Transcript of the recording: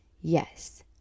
Yes